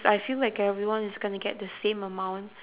I feel like everyone is gonna get the same amount